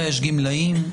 יש גמלאים.